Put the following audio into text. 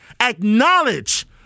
acknowledge